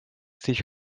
sich